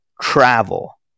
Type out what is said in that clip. travel